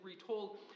retold